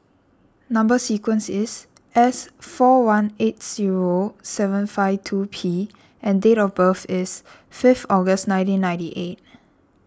Number Sequence is S four one eight zero seven five two P and date of birth is fifth August nineteen ninety eight